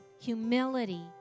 humility